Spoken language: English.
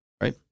Right